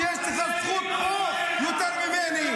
--- אתה לא מוכן להכיר בזה --- חבר הכנסת עודד פורר,